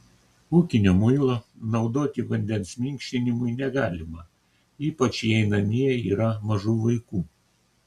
ūkinio muilo naudoti vandens minkštinimui negalima ypač jei namie yra mažų vaikų